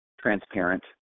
transparent